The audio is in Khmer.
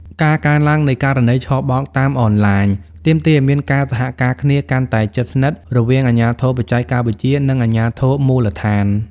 ការកើនឡើងនៃករណីបោកប្រាស់តាមអនឡាញ ទាមទារឱ្យមានការសហការគ្នាកាន់តែជិតស្និទ្ធរវាង "អាជ្ញាធរបច្ចេកវិទ្យា" និង "អាជ្ញាធរមូលដ្ឋាន"។